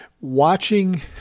watching